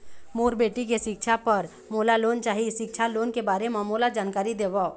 मोर बेटी के सिक्छा पर मोला लोन चाही सिक्छा लोन के बारे म मोला जानकारी देव?